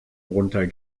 runter